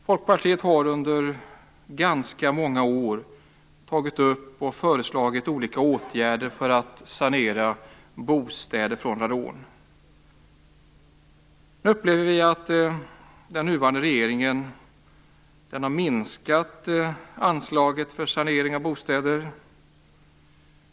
Folkpartiet har under ganska många år tagit upp och föreslagit olika åtgärder för att sanera bostäder från radon. Nu upplever vi att den nuvarande regeringen har minskat anslaget för sanering av bostäder.